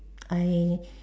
I